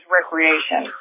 recreation